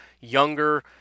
younger